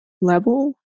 level